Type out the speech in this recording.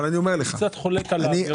אני קצת חולק על האמירה הזאת.